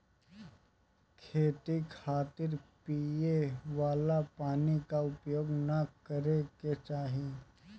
खेती खातिर पिए वाला पानी क उपयोग ना करे के चाही